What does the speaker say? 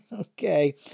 Okay